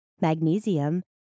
magnesium